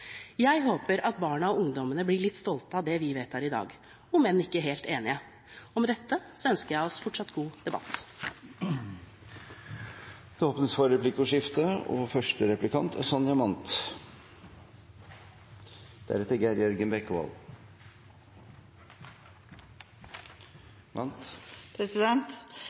Jeg håper at barna og ungdommene blir litt stolte av det vi vedtar i dag, om enn ikke helt enige. Og med dette ønsker jeg oss fortsatt god debatt. Det blir replikkordskifte. I budsjettinnstillinga skriver Høyre og Fremskrittspartiet at de har tre hovedsatsinger på barnehagefeltet. Det ene er